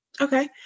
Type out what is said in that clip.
Okay